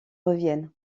reviennent